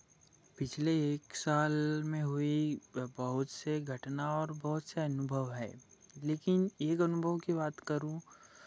पिछले एक साल में हुई बहुत से घटना और बहुत से अनुभव है लेकिन एक अनुभव की बात करूँ